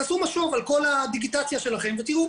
תעשו משוב על כל הדיגיטציה שלכם ותראו.